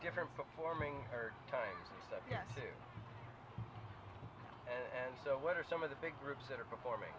different performing arts and so what are some of the big groups that are performing